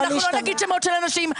אנחנו לא נגיד שמות של אנשים,